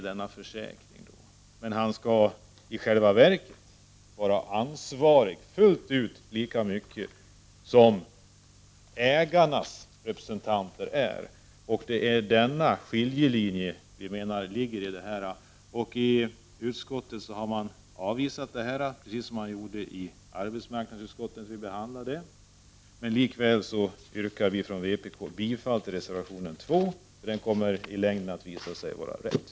Denne skall i själva verket fullt ut vara lika ansvarig som representanterna på ägarsidan. Det är där vi menar att skiljelinjen går. I lagutskottet har man, precis som arbetsmarknadsutskottet gjorde, avvisat motionens krav. Likväl yrkar jag — i enlighet med vad övriga i vpk anser — bifall till reservation 2. I längden kommer det som vi där anför att visa sig vara det rätta.